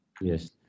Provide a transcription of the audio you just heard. Yes